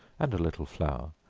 and a little flour,